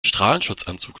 strahlenschutzanzug